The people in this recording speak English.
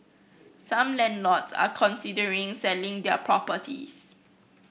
some landlords are considering selling their properties